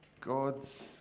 God's